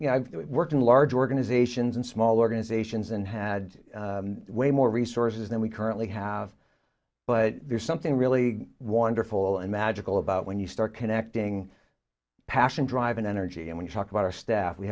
you know i've worked in large organizations and small organizations and had way more resources than we currently have but there's something really wonderful and magical about when you start connecting passion drive and energy and when you talk about our staff we